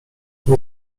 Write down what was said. nie